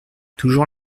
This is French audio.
toujours